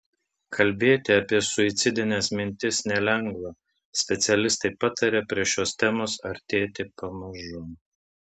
kalbėti apie suicidines mintis nelengva specialistai pataria prie šios temos artėti pamažu